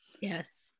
Yes